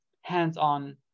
hands-on